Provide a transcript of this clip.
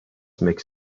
makes